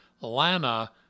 Lana